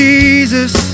Jesus